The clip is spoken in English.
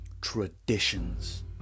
traditions